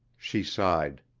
she sighed.